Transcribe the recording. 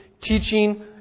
teaching